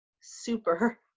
super